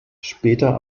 später